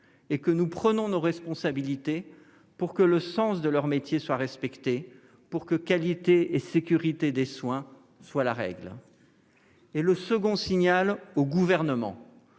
et que nous prenons nos responsabilités pour que le sens de leur métier soit respecté, pour que qualité et sécurité des soins soient la règle. Un second signal au Gouvernement,